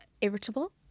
irritable